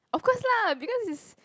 of course lah because it's